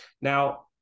Now